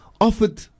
offered